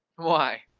why?